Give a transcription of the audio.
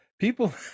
people